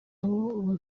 aho